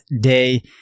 day